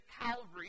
Calvary